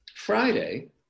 Friday